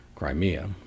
Crimea